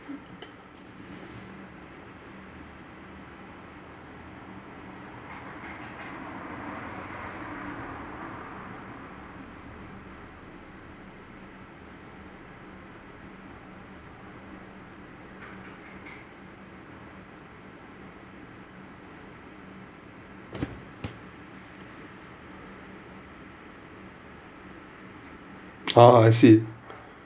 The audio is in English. ah I see